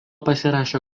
pasirašė